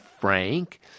frank